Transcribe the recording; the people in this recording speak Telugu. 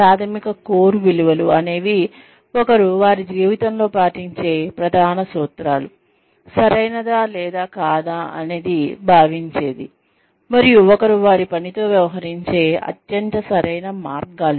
ప్రాథమిక కోర్ విలువలు అనేవి ఒకరు వారి జీవితంలో పాటించే ప్రధాన సూత్రాలు సరైనదా లేదా కాదా అని భావించేది మరియు ఒకరు వారి పనితో వ్యవహరించే అత్యంత సరైన మార్గాలు